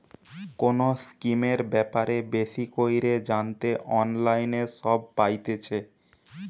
কোনো স্কিমের ব্যাপারে বেশি কইরে জানতে অনলাইনে সব পাইতেছে